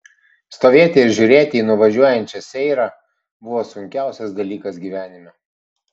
stovėti ir žiūrėti į nuvažiuojančią seirą buvo sunkiausias dalykas gyvenime